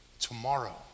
Tomorrow